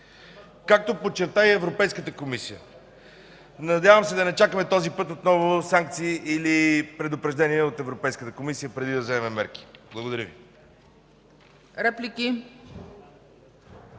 както подчерта и Европейската комисия. Надявам се да не чакаме този път отново санкции или предупреждения от Европейската комисия преди да вземем мерки. Благодаря Ви.